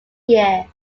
year